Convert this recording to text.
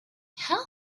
how